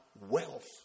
wealth